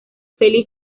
feliz